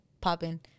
popping